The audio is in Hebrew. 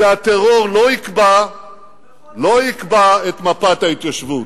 שהטרור לא יקבע את מפת ההתיישבות.